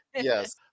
yes